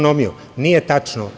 Nije tačno.